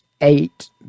Eight